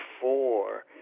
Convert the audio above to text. four